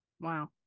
Wow